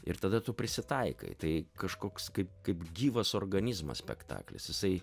ir tada tu prisitaikai tai kažkoks kaip kaip gyvas organizmas spektaklis jisai